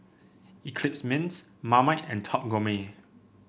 Eclipse Mints Marmite and Top Gourmet